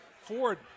Ford